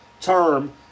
term